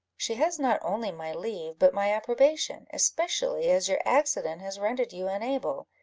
she has not only my leave, but my approbation, especially as your accident has rendered you unable.